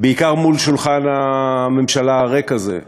בעיקר מול שולחן הממשלה הריק הזה.